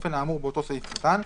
באופן האמור באותו סעיף קטן,